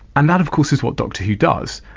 and that of course is what doctor who does.